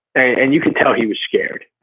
and you can tell he was scared,